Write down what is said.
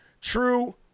true